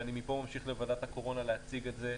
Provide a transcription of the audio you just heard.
ומפה אני ממשיך לוועדת הקורונה להציג את זה,